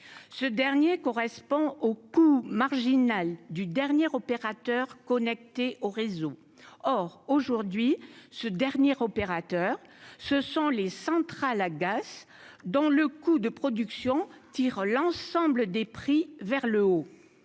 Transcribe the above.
ce dernier correspond au coût marginal du dernier opérateur connecté au réseau, or aujourd'hui ce dernier opérateur, ce sont les centrales à gaz dans le coût de production tire l'ensemble des prix vers le haut,